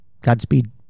godspeed